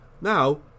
Now